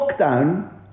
lockdown